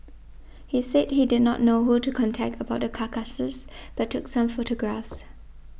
he said he did not know who to contact about the carcasses but took some photographs